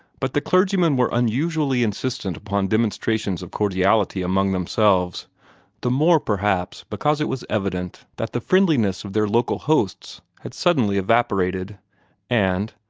but the clergymen were unusually insistent upon demonstrations of cordiality among themselves the more, perhaps, because it was evident that the friendliness of their local hosts had suddenly evaporated and,